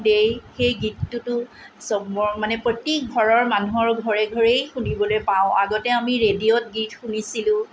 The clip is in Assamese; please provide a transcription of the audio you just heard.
দেই সেই গীতটোতো চবৰ মানে প্ৰতি ঘৰৰ মানুহৰ ঘৰে ঘৰেই শুনিবলৈ পাওঁ আগতে আমি ৰেডিঅ'ত গীত শুনিছিলোঁ